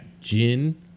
Gin